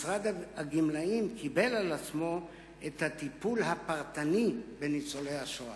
משרד הגמלאים קיבל על עצמו את הטיפול הפרטני בניצולי השואה.